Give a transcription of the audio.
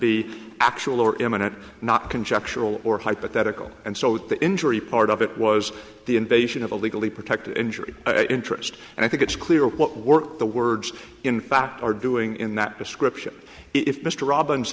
be actual or imminent not conjectural or hypothetical and so the injury part of it was the invasion of a legally protected injury interest and i think it's clear what were the words in fact are doing in that description if mr robbins